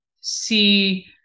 see